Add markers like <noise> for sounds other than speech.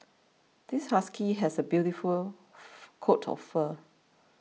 this husky has a beautiful <noise> coat of fur